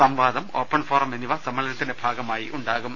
സംവാദം ഓപ്പൺഫോറം എന്നിവ സമ്മേളനത്തിന്റെ ഭാഗമായി ഉണ്ടാകും